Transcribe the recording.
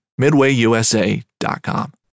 MidwayUSA.com